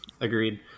Agreed